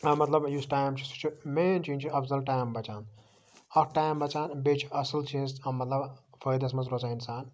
مَطلَب یُس ٹایم چھُ سُہ چھُ مین چیٖز چھُ اتھ مَنٛز ٹایم بَچان اکھ ٹایم بَچان بیٚیہِ چھُ اصل چیٖز مَطلَب فٲیدَس مَنٛز روزان اِنسان